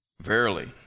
Verily